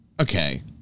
Okay